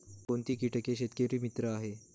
कोणती किटके शेतकरी मित्र आहेत?